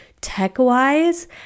tech-wise